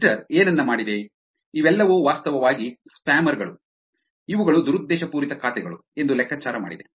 Twitter ಏನನ್ನ ಮಾಡಿದೆ ಇವೆಲ್ಲವೂ ವಾಸ್ತವವಾಗಿ ಸ್ಪ್ಯಾಮರ್ಗಳು ಇವುಗಳು ದುರುದ್ದೇಶಪೂರಿತ ಖಾತೆಗಳು ಎಂದು ಲೆಕ್ಕಾಚಾರ ಮಾಡಿದೆ